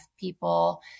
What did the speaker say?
people